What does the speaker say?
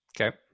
Okay